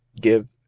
give